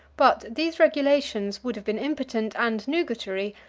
but these regulations would have been impotent and nugatory,